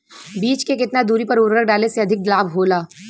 बीज के केतना दूरी पर उर्वरक डाले से अधिक लाभ होला?